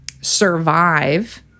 survive